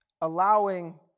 allowing